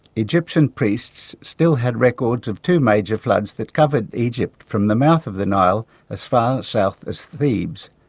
egyptian priests still had records of two major floods that covered egypt from the mouth of the nile as far south as thebes.